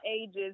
ages